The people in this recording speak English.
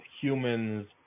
humans